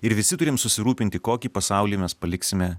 ir visi turim susirūpinti kokį pasaulį mes paliksime